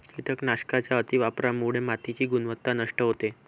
कीटकनाशकांच्या अतिवापरामुळे मातीची गुणवत्ता नष्ट होते